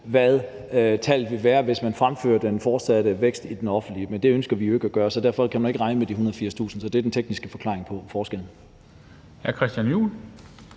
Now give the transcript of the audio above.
hvad tallet vil være, hvis man fremfører den fortsatte vækst i det offentlige. Men det ønsker vi jo ikke at gøre, så derfor kan man ikke regne med de 180.000. Så det er den tekniske forklaring på forskellen.